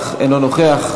אך אינו נוכח.